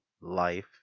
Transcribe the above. life